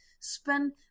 spend